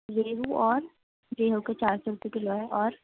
ریہو اور ریہو تو چار سو روپے کیلو ہے اور